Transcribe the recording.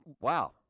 wow